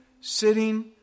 sitting